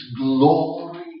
glory